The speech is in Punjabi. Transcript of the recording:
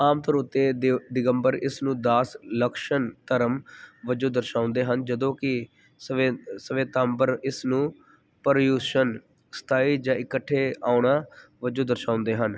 ਆਮ ਤੌਰ ਉੱਤੇ ਦਿ ਦਿਗੰਬਰ ਇਸ ਨੂੰ ਦਾਸ ਲਕਸ਼ਣ ਧਰਮ ਵਜੋਂ ਦਰਸਾਉਂਦੇ ਹਨ ਜਦੋਂ ਕਿ ਸਵੇ ਸਵੇਤਾਂਬਰ ਇਸ ਨੂੰ ਪਰਯੂਸ਼ਨ ਸਥਾਈ ਜਾਂ ਇਕੱਠੇ ਆਉਣਾ ਵਜੋਂ ਦਰਸਾਉਂਦੇ ਹਨ